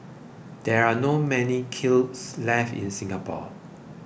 there are not many kilns left in Singapore